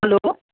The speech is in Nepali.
हेलो